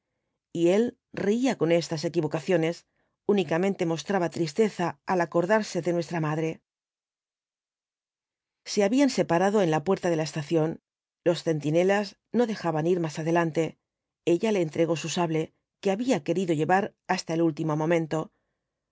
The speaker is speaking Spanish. y él reía con estas equivocaciones únicamente mostraba tristeza al acordarse de nuestra madre se habían separado en la puerta de la estación los centinelas no dejaban ir más adelante ella le entregó su sable que había querido llevar hasta el último momento